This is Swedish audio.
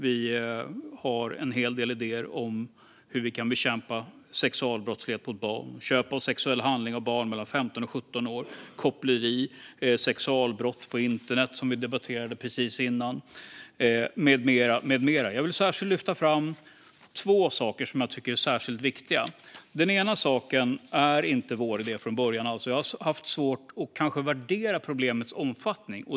Vi har en hel del idéer om hur vi kan bekämpa sexualbrottslighet mot barn, köp av sexuell handling av barn mellan 15 och 17 år, koppleri, sexualbrott på internet som vi debatterade nyss med mera. Jag vill lyfta fram två saker som jag tycker är särskilt viktiga. Den ena saken är inte vår idé från början. Jag har kanske haft svårt att värdera problemets omfattning.